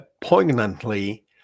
Poignantly